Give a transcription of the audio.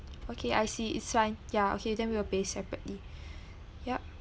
okay I see it's fine ya okay then we will pay separately yup